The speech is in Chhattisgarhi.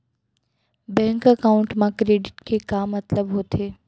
बैंक एकाउंट मा क्रेडिट के का मतलब होथे?